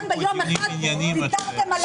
ביום אחד ויתרתם על הערכים.